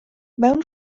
mewn